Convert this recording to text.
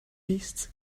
beasts